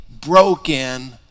broken